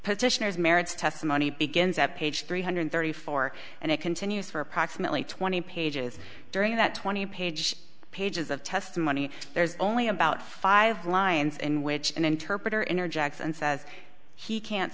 petitioners merits testimony begins at page three hundred thirty four and it continues for approximately twenty pages during that twenty page pages of testimony there's only about five lines in which an interpreter interjects and says he can't